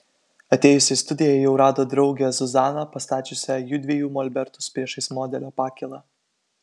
atėjusi į studiją jau rado draugę zuzaną pastačiusią jųdviejų molbertus priešais modelio pakylą